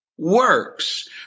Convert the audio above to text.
Works